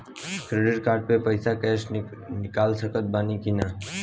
Credit card से पईसा cash निकाल सकत बानी की ना?